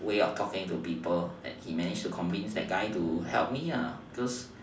way of talking to people he managed to convinced that guy to help me lah cause